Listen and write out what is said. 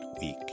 week